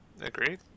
agreed